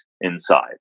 inside